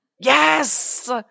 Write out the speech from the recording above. Yes